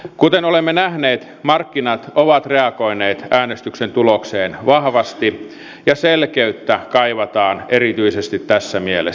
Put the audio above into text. kuten olemme nähneet markkinat ovat reagoineet äänestyksen tulokseen vahvasti ja selkeyttä kaivataan erityisesti tässä mielessä